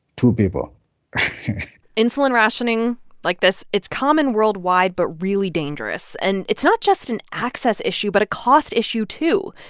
two people insulin rationing like this, it's common worldwide but really dangerous. and it's not just an access issue but a cost issue, too.